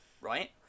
right